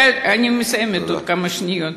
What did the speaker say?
אני מסיימת בעוד כמה שניות.